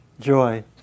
Joy